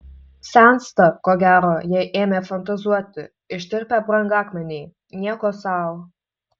sensta ko gero jei ėmė fantazuoti ištirpę brangakmeniai nieko sau